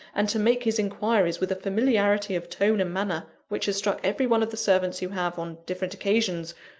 and to make his inquiries with a familiarity of tone and manner which has struck every one of the servants who have, on different occasions,